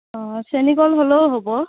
অঁ চেনী কল হ'লেও হ'ব